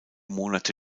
monate